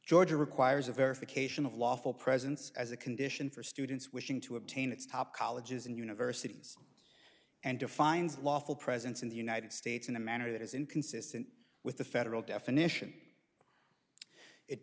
ga requires a verification of lawful presence as a condition for students wishing to obtain its top colleges and universities and defines lawful presence in the united states in a manner that is inconsistent with the federal definition it